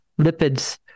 lipids